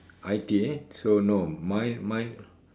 I_T eh so no mine mine